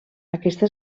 aquesta